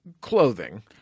clothing